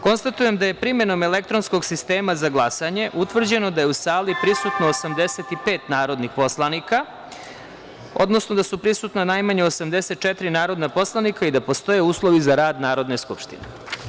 Konstatujem da je, primenom elektronskog sistema za glasanje, utvrđeno da je u sali prisutno 85 narodnih poslanika, odnosno da su prisutna najmanje 84 narodna poslanika i da postoje uslovi za rad Narodne skupštine.